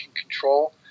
control